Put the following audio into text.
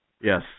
Yes